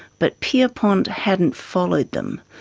but pierpont hadn't followed them.